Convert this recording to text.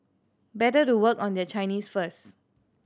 better to work on their Chinese first